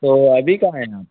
तो अभी कहाँ हैं आप